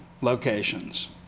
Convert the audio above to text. locations